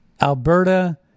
Alberta